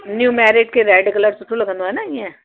new married खे red colour सुठो लॻंदो आहे न ईअं